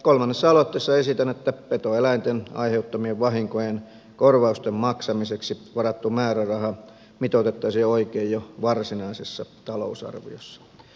kolmannessa aloitteessa esitän että petoeläinten aiheuttamien vahinkojen korvausten maksamiseksi varattu määräraha mitoitettaisiin oikein jo varsinaisessa talousarviossa